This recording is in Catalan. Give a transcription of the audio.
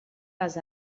les